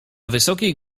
wysokiej